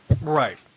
Right